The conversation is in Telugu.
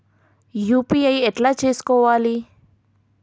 యూ.పీ.ఐ ఎట్లా చేసుకోవాలి?